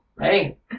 Hey